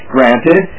Granted